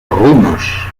runes